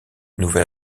nouvel